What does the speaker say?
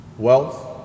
Wealth